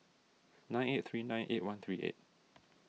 nine eight three nine eight one three eight